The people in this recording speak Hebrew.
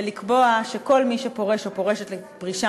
ולקבוע שכל מי שפורש או פורשת פרישה